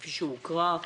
כפי שהוקרא.